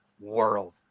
world